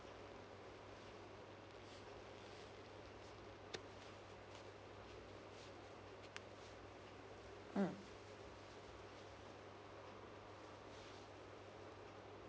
mm